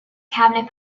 cabinet